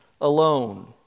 alone